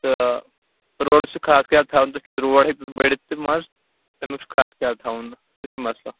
تہٕ روڈَس چھُ خاص خَیال تھاوُن تہِ کیٛاز کہِ روڈ ہیٚکہِ بٔڈِتھ تہِ منٛزٕ تَمیُک چھُ خاص خَیال تھاوُن سُہ چھُ مَسلہٕ